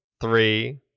three